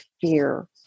fear